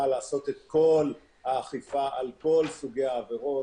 לעשות את כל האכיפה על כל סוגי העבירות,